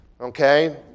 Okay